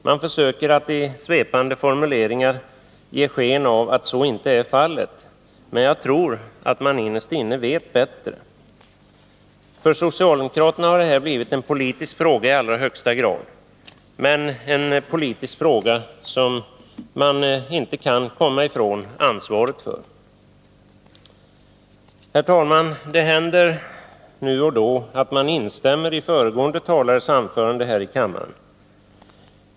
Man försöker att i svepande formuleringar ge sken av att så inte är fallet, men jag tror att man innerst inne vet bättre. För socialdemokraterna har det här blivit en politisk fråga i allra högsta grad. Men det är en politisk fråga som man inte kan komma ifrån ansvaret för. Herr talman! Det händer nu och då att man instämmer i föregående talares anförande här i kammaren.